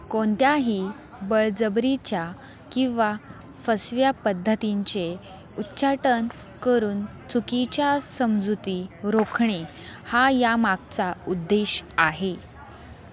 कोणत्याही बळजबरीच्या किंवा फसव्या पद्धतींचे उच्चाटन करून चुकीच्या समजुती रोखणे हा या मागचा उद्देश आहे